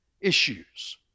issues